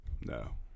No